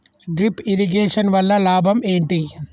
Drip irrigation వల్ల లాభం ఏంటి?